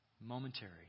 momentary